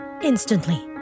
instantly